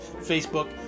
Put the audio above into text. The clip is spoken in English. Facebook